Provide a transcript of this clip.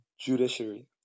judiciary